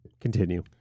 Continue